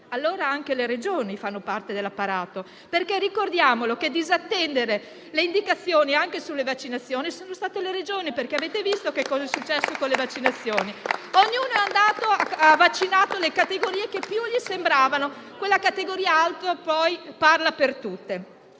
Allora anche le Regioni fanno parte dell'apparato, perché ricordiamo che a disattendere le indicazioni anche sulle vaccinazioni sono state le Regioni. Avete visto che cosa è successo con le vaccinazioni: ognuno ha vaccinato le categorie che più gli sembravano idonee. Quella categoria «altro», poi, parla per tutte.